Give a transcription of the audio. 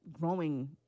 growing